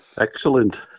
Excellent